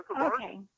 Okay